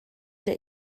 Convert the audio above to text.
der